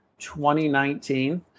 2019